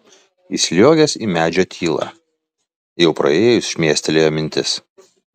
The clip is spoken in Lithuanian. įsliuogęs į medžio tylą jau praėjus šmėstelėjo mintis